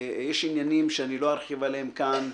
יש עניינים שאני לא ארחיב עליהם כאן,